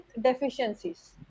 deficiencies